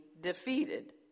defeated